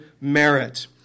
merit